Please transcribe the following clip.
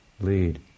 lead